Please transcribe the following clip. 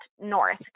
north